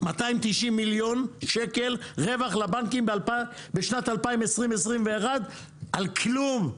290 מיליון שקל רווח לבנקים בשנת 2021 על כלום,